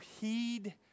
heed